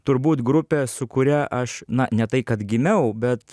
turbūt grupė su kuria aš na ne tai kad gimiau bet